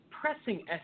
pressing